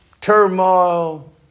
turmoil